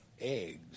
eggs